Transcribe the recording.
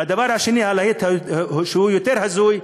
והדבר השני, הלהיט שהוא יותר הזוי,